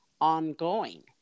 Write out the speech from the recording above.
ongoing